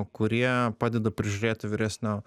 kurie padeda prižiūrėti vyresnio